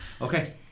Okay